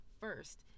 First